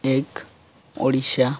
ଏକ ଓଡ଼ିଶା